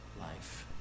life